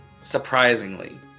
Surprisingly